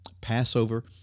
Passover